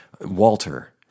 Walter